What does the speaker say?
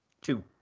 Two